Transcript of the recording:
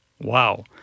Wow